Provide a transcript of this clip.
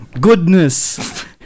Goodness